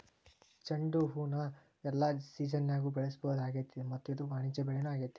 ಚಂಡುಹೂನ ಎಲ್ಲಾ ಸಿಜನ್ಯಾಗು ಬೆಳಿಸಬಹುದಾಗೇತಿ ಮತ್ತ ಇದು ವಾಣಿಜ್ಯ ಬೆಳಿನೂ ಆಗೇತಿ